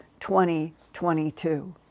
2022